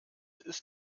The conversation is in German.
ist